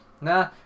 Nah